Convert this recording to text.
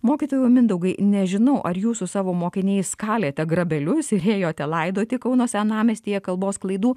mokytojau mindaugai nežinau ar jūsų savo mokiniais kalėte grabelius ir ėjote laidoti kauno senamiestyje kalbos klaidų